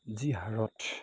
যি হাৰত